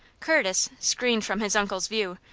curtis, screened from his uncle's view,